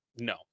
No